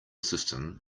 system